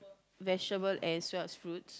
vegetables as well as fruits